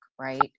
right